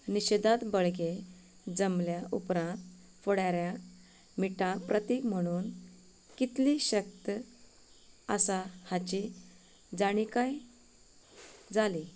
निशेधांत बळगें जमल्या उपरांत फुडाऱ्यांक मीठाक प्रतीक म्हणून कितली शक्त आसा हाची जाणविकाय जाली